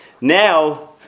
Now